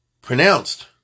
pronounced